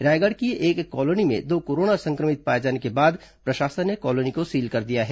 रायगढ़ की एक कॉलोनी में दो कोरोना संक्रमित पाए जाने के बाद प्रशासन ने कॉलोनी को सील कर दिया है